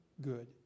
good